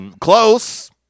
Close